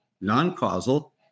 non-causal